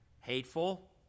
hateful